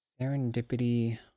serendipity